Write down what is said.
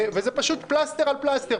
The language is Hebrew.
וזה פשוט פלסטר על פלסטר.